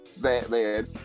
Batman